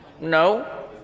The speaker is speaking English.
No